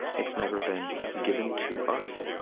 it's never been given to us.